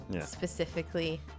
specifically